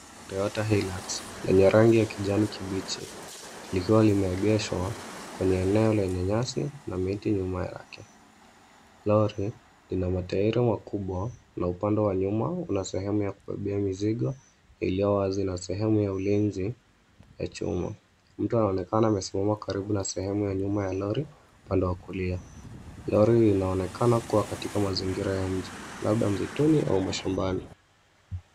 Toyota Hilux yenye rangi ya kijani kibichi likiwa limeegeshwa kwenye eneo lenye nyasi na miti nyuma yake. Lori ina matairi makubwa na upande wa nyuma una sehemu ya kubebea mizigo iliyo wazi na sehemu ya ulinzi ya chuma. Mtu anaonekana amesimama karibu na sehemu ya nyuma ya lori upande wa kulia. Lori linaonekana kuwa katika mazingira ya nje, labda msituni au mashambani.